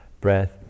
breath